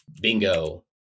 bingo